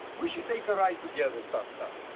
we should take a ride together sometime.